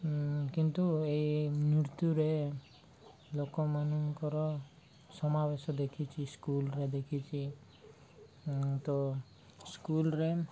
କିନ୍ତୁ ଏଇ ନୃତ୍ୟୁରେ ଲୋକମାନଙ୍କର ସମାବେଶ ଦେଖିଛି ସ୍କୁଲ୍ରେ ଦେଖିଛି ତ ସ୍କୁଲ୍ରେ